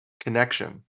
connection